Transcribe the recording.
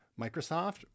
Microsoft